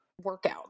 workout